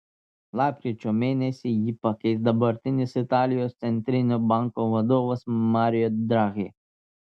lapkričio mėnesį jį pakeis dabartinis italijos centrinio banko vadovas mario draghi